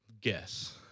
Guess